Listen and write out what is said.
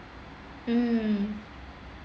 mmhmm